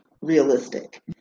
realistic